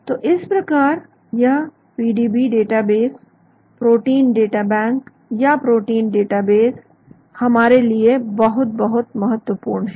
तो इस प्रकार यह पीडीबी डेटाबेस प्रोटीन डेटाबैंक या प्रोटीन डाटाबेस हमारे लिए बहुत बहुत महत्वपूर्ण है